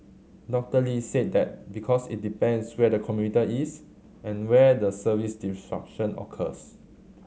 Doctor Lee said that because it depends where the commuter is and where the service disruption occurs